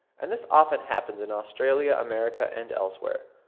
and this often happens in australia, america, and elsewhere.